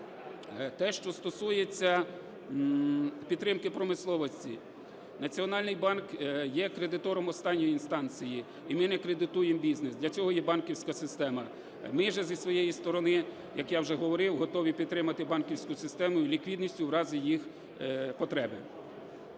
Те, що стосується підтримки промисловості. Національний банк є кредитором останньої інстанції, і ми не кредитуємо бізнес, для цього є банківська система. Ми же зі своєї сторони, як я вже говорив, готові підтримати банківську систему і ліквідність в разі їх потреби.